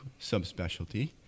subspecialty